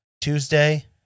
Tuesday